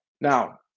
Now